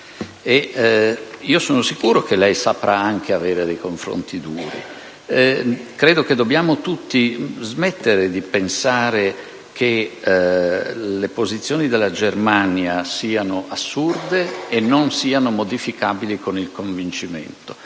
Sono sicuro che saprà anche avere confronti duri. Credo che dobbiamo tutti smettere di pensare che le posizioni della Germania siano assurde e non siano modificabili con il convincimento.